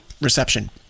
reception